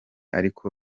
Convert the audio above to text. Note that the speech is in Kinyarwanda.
ariko